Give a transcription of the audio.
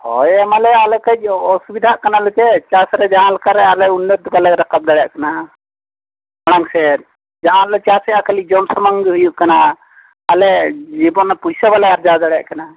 ᱦᱳᱭ ᱮᱢᱟ ᱞᱮᱭᱟ ᱟᱞᱮ ᱠᱟᱹᱡ ᱚᱥᱩᱵᱤᱫᱷᱟᱜ ᱠᱟᱱᱟ ᱞᱮᱥᱮ ᱪᱟᱥ ᱨᱮ ᱡᱟᱦᱟᱸ ᱞᱮᱠᱟ ᱨᱮ ᱟᱞᱮ ᱩᱱᱱᱟᱹᱛᱤ ᱵᱟᱞᱮ ᱨᱟᱠᱟᱵ ᱫᱟᱲᱮᱭᱟᱜ ᱠᱟᱱᱟ ᱢᱟᱲᱟᱝ ᱥᱮᱫ ᱡᱟᱦᱟᱸ ᱞᱮ ᱪᱟᱥᱮᱜᱼᱟ ᱠᱷᱟᱹᱞᱤ ᱡᱚᱢ ᱥᱩᱢᱩᱝ ᱜᱮ ᱦᱩᱭᱩᱜ ᱠᱟᱱᱟ ᱟᱞᱮ ᱡᱤᱵᱚᱱ ᱚᱱᱟ ᱯᱩᱭᱥᱟᱹ ᱵᱟᱞᱮ ᱟᱨᱡᱟᱣ ᱫᱟᱲᱮᱭᱟᱜ ᱠᱟᱱᱟ